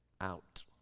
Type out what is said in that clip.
out